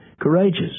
courageous